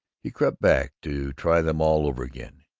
he crept back to try them all over again.